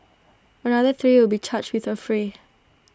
another three will be charged with affray